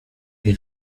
die